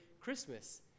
Christmas